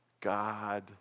God